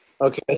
Okay